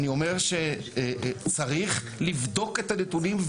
צריך לבדוק את הנתונים,